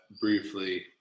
briefly